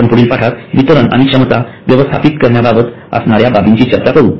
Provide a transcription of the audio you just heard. आपण पुढील पाठात वितरण आणि क्षमता व्यवस्थापित करण्याबाबत असणाऱ्या बाबींची चर्चा करू